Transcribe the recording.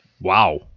Wow